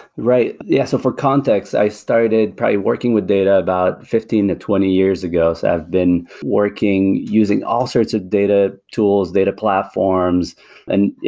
right. yeah, so for context, i started probably working with data about fifteen to twenty years ago. i've been working, using all sorts of data tools, data platforms and yeah,